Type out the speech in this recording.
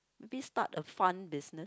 maybe start a fund business